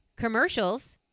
Commercials